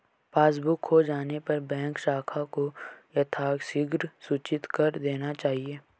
passbook खो जाने पर बैंक शाखा को यथाशीघ्र सूचित कर देना चाहिए